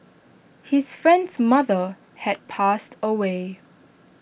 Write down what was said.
his friend's mother had passed away